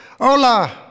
Hola